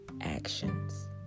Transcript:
actions